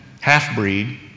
half-breed